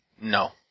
No